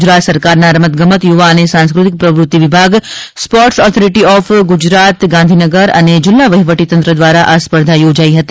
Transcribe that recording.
ગુજરાત સરકારના રમત ગમત યુવા અને સાંસ્કૃતિક પ્રવૃત્તિ વિભાગ sports authority of Gujarat Gandhinagar અને જિલ્લા વહીવટીતંત્ર દ્વારા આ સ્પર્ધા યોજાઇ હતી